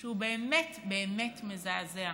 שהוא באמת באמת מזעזע.